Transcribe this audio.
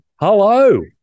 hello